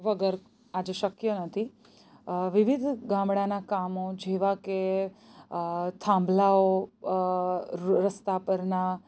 વગર આજે શક્ય નથી વિવિધ ગામડાનાં કામો જેવાં કે થાંભલાઓ રસ્તા પરના